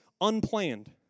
unplanned